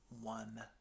one